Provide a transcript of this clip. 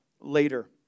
later